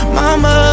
mama